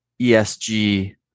ESG